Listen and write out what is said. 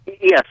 Yes